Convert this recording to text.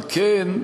אבל כן,